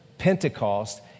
Pentecost